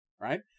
right